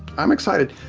i'm excited.